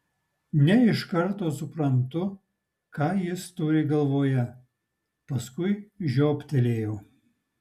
ne iš karto suprantu ką jis turi galvoje paskui žioptelėjau